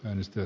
kannatan